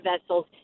vessels